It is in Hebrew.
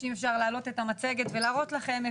אז אם אפשר להעלות את המצגת ולהראות לכם,